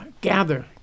Gather